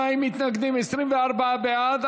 42 מתנגדים, 24 בעד.